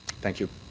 thank you.